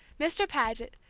mr. paget,